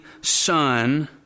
son